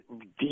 deep